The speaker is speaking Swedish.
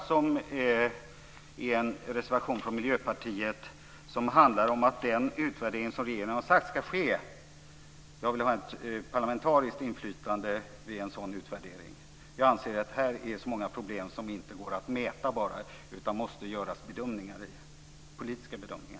Det är en reservation från Miljöpartiet som handlar om att den utvärdering som regeringen har sagt ska ske ska ha ett parlamentariskt inflytande. Jag anser att det här är så många problem som inte bara går att mäta, utan det måste också göras politiska bedömningar.